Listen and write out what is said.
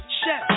chef